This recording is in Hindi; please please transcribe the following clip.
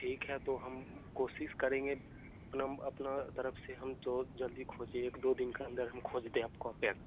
ठीक है तो हम कोशिश करेंगे अपन म अपना तरफ से हम तो जल्दी खोजे एक दो दिन का अंदर हम खोज दें आपका बैग